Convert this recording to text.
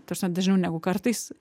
ta prasme dažniau negu kartais